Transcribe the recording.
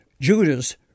Judas